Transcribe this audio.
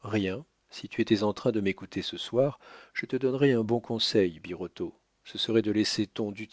rien si tu étais en train de m'écouter ce soir je te donnerais un bon conseil birotteau ce serait de laisser ton du